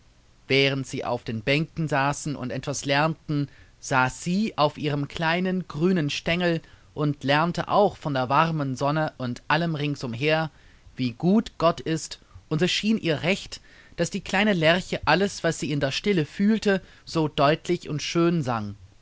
während sie auf den bänken saßen und etwas lernten saß sie auf ihrem kleinen grünen stengel und lernte auch von der warmen sonne und allem ringsumher wie gut gott ist und es schien ihr recht daß die kleine lerche alles was sie in der stille fühlte so deutlich und schön sang